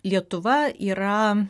lietuva yra